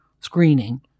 screening